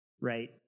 right